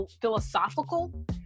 philosophical